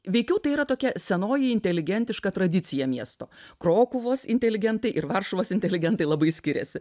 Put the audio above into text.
veikiau tai yra tokia senoji inteligentiška tradicija miesto krokuvos inteligentai ir varšuvos inteligentai labai skiriasi